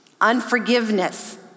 unforgiveness